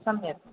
सम्यक्